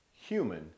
Human